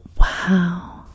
Wow